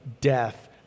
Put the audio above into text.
Death